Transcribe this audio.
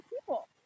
people